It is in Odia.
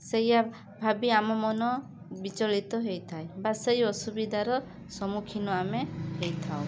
ସେଇଆ ଭାବି ଆମ ମନ ବିଚଳିତ ହେଇଥାଏ ବା ସେଇ ଅସୁବିଧାର ସମ୍ମୁଖୀନ ଆମେ ହେଇଥାଉ